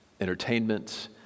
entertainment